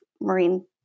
marine